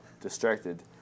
distracted